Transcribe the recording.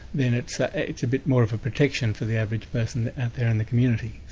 then it's ah it's a bit more of a protection for the average person out there in the community.